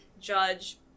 judge